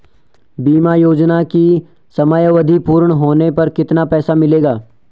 बीमा योजना की समयावधि पूर्ण होने पर कितना पैसा मिलेगा?